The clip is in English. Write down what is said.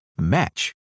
match